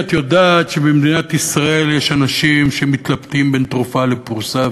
את יודעת שבמדינת ישראל יש אנשים שמתלבטים בין תרופה לפרוסה,